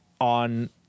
on